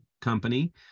company